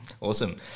Awesome